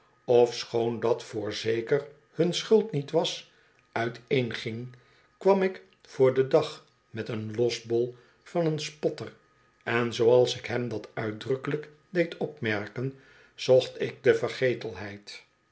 ofschoon dat voorzeker hun schuld niet was uiteenging kwam ik voor den dag met een losbol van een spotter en zooals ik hem dat uitdrukkelijk deed opmerken zocht ik de